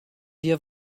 wir